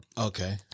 okay